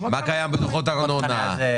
מה קיים בדוחות ארנונה?